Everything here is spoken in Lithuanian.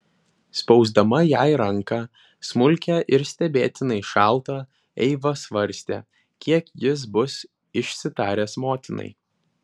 spausdama jai ranką smulkią ir stebėtinai šaltą eiva svarstė kiek jis bus išsitaręs motinai